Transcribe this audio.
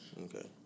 Okay